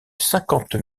cinquante